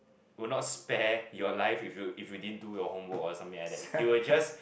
will not spare your life if you if you didn't do your homework or something like that he will just